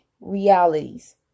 realities